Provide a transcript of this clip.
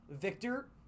Victor